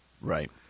right